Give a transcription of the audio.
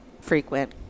frequent